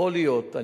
יכול להיות,